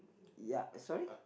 ya sorry